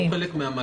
זה לא חלק מהמל"ג?